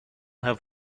have